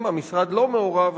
אם המשרד לא מעורב,